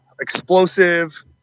explosive